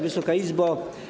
Wysoka Izbo!